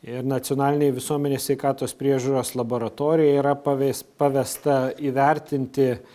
ir nacionalinėj visuomenės sveikatos priežiūros laboratorijoj yra pavės pavesta įvertinti